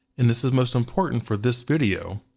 and this is most important for this video,